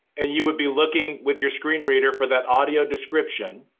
and you would be looking, with your screen reader, for that audio description.